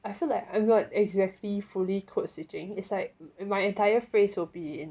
I feel like I'm not exactly fully code switching it's like my entire phrase will be in